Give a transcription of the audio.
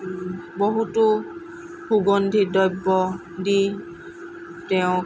বহুতো সুগন্ধি দ্ৰব্য দি তেওঁক